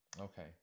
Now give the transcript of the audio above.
okay